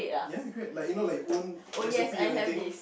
ya great like you know your recipe or anything